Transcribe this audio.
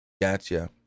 Gotcha